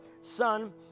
Son